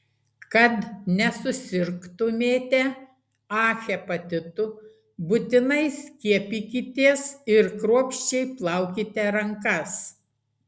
kad nesusirgtumėte a hepatitu būtinai skiepykitės ir kruopščiai plaukite rankas